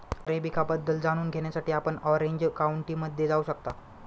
arabica बद्दल जाणून घेण्यासाठी आपण ऑरेंज काउंटीमध्ये जाऊ शकता